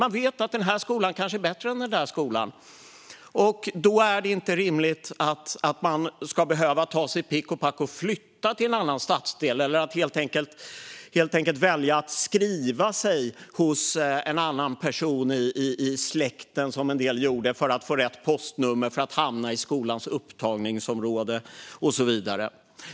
Man vet att en viss skola är bättre än en annan, och då är det inte rimligt att man ska behöva ta sitt pick och pack och flytta till en annan stadsdel eller välja att skriva sig hos en annan person i släkten. Det var en del som gjorde så för att få rätt postnummer och hamna i skolans upptagningsområde.